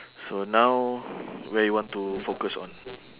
so now where you want to focus on